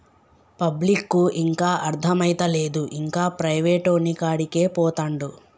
పబ్లిక్కు ఇంకా అర్థమైతలేదు, ఇంకా ప్రైవేటోనికాడికే పోతండు